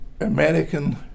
American